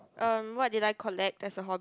um what did I collect as a hobby